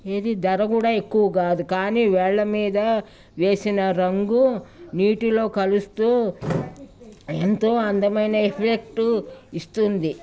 ఇది ధర కూడా ఎక్కువ కాదు కానీ వెళ్ళ మీద వేసిన రంగు నీటిలో కలుస్తూ ఎంతో అందమైన ఎఫెక్టు ఇస్తుంది